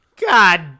God